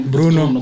Bruno